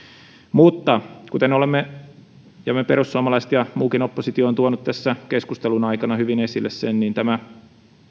mutta kuten me perussuomalaiset ja muukin oppositio on tuonut tässä keskustelun aikana hyvin esille tämä